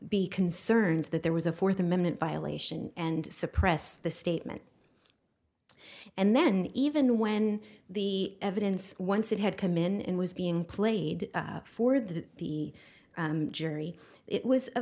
be concerned that there was a fourth amendment violation and suppress the statement and then even when the evidence once it had come in and was being played for the the jury it was a